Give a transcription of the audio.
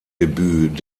debüt